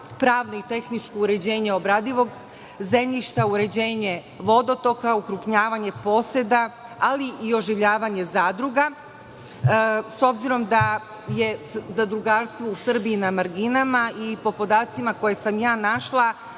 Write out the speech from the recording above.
pravno i tehničko uređenje obradivog zemljišta, uređenje vodotoka, ukrupnjavanje poseda, ali i oživljavanje zadruga.S obzirom da je zadrugarstvo u Srbiji na marginama po podacima koje sam našla